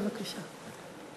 בבקשה.